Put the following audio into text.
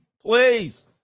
please